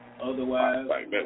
Otherwise